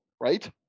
right